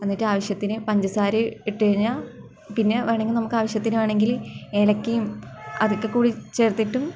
എന്നിട്ട് ആവിശ്യത്തിന് പഞ്ചസാര ഇട്ട് കഴിഞ്ഞാൽ പിന്നെ വേണമെങ്കിൽ നമുക്ക് ആവശ്യത്തിന് വേണമെങ്കിൽ ഏലയ്ക്കയും അതൊക്കെ കൂടി ചേര്ത്തിട്ടും